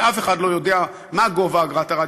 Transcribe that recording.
ואף אחד לא יודע מה גובה אגרת הרדיו,